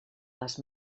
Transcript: les